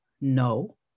no